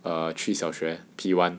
err 去小学 P one